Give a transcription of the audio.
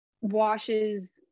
washes